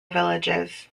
villages